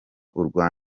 urwa